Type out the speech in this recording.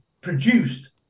produced